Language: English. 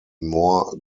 more